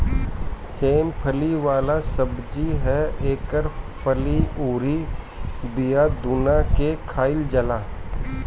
सेम फली वाला सब्जी ह एकर फली अउरी बिया दूनो के खाईल जाला